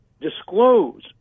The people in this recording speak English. disclose